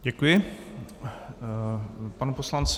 Děkuji panu poslanci.